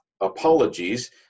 apologies